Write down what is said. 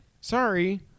sorry